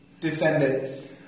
descendants